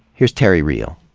here's terry real.